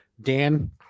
Dan